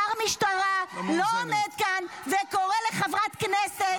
שר משטרה לא עומד כאן וקורא לחברת כנסת,